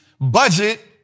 budget